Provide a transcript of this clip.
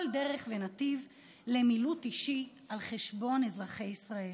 דרך ונתיב למילוט אישי על חשבון אזרחי ישראל.